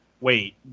wait